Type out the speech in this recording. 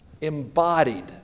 embodied